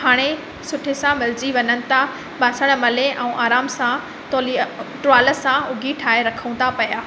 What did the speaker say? हाणे सुठे सां मलजी वञनि था बासण मले ऐं आराम सां तोलिया टुआल सां उघी ठाहे रखूं त पिया